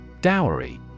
Dowry